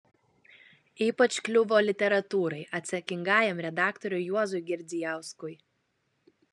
ypač kliuvo literatūrai atsakingajam redaktoriui juozui girdzijauskui